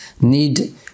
need